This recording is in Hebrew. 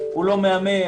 הוא לא מהמר,